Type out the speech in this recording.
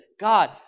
God